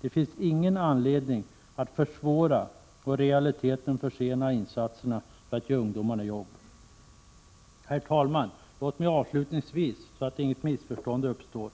Det finns ingen anledning att försvåra och i realiteten försena insatserna för att ge ungdomarna jobb. Herr talman! Låt mig avslutningsvis, så att inget missförstånd uppstår,